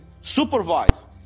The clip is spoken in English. supervise